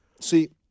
See